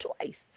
twice